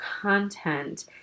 content